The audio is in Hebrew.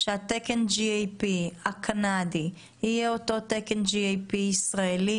שתקן GAP הקנדי יהיה אותו תקן GAP ישראלי?